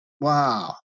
wow